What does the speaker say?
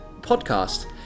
Podcast